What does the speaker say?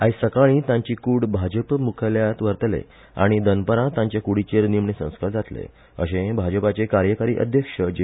आयज सकाळी तांची कूड भाजप मुख्यालयात व्हरतले आनी दनपारा तांचे कूडीचेर निमणे संस्कार जातले अशे भाजपाचे कार्यकारी अध्यक्ष जे